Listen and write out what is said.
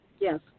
Yes